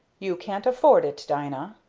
you can't afford it, dina!